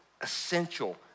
essential